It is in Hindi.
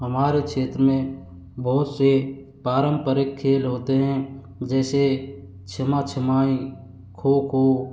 हमारे क्षेत्र में बहुत से पारम्परिक खेल होते हैं जैसे छीमा छिमाई खो खो